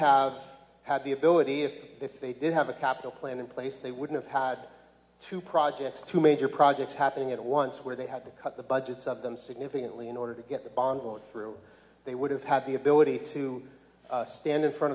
have had the ability if if they did have a capital plan in place they would've had two projects two major projects happening at once where they had to cut the budgets of them significantly in order to get the bond vote through they would have had the ability to stand in front